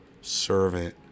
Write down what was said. servant